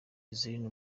joselyne